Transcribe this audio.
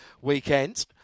weekend